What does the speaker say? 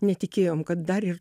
netikėjom kad dar ir